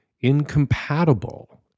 incompatible